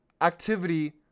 activity